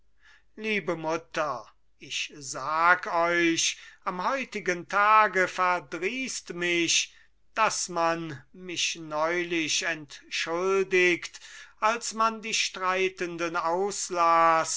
liebe mutter ich sag euch am heutigen tage verdrießt mich daß man mich neulich entschuldigt als man die streitenden auslas